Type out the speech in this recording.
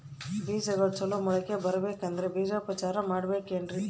ಬೇಜಗಳು ಚಲೋ ಮೊಳಕೆ ಬರಬೇಕಂದ್ರೆ ಬೇಜೋಪಚಾರ ಮಾಡಲೆಬೇಕೆನ್ರಿ?